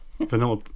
Vanilla